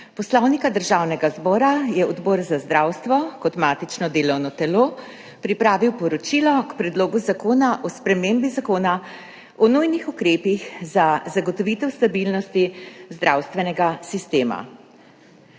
Poslovnika Državnega zbora je Odbor za zdravstvo kot matično delovno telo pripravil poročilo k Predlogu zakona o spremembi Zakona o nujnih ukrepih za zagotovitev stabilnosti zdravstvenega sistema.